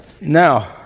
Now